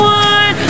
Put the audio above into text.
one